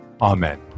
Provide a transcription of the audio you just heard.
Amen